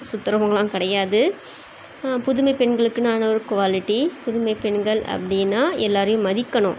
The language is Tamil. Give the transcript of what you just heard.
சுற்றுறவங்கள்லாம் கிடையாது புதுமைப்பெண்களுக்கான்னா ஒரு குவாலிட்டி புதுமைப்பெண்கள் அப்டின்னா எல்லோரையும் மதிக்கணும்